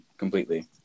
completely